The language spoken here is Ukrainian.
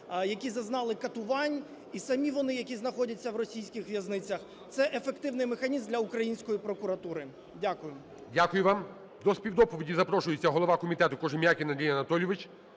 які зазнали катувань, і самі вони, які знаходяться в російських в'язницях. Це ефективний механізм для української прокуратури. Дякую. ГОЛОВУЮЧИЙ. Дякую вам. До співдоповіді запрошується голова комітету Кожем'якін Андрій Анатолійович.